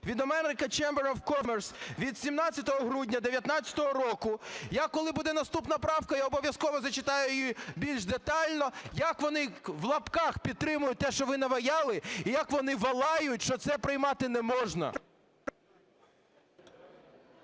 від American Chamber of Commerce від 17 грудня 2019 року. Я, коли буде наступна правка, я обов'язково зачитаю її більш детально, як вони (в лапках) "підтримують" те, що ви "наваяли", і як вони волають, що це приймати не можна.